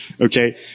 Okay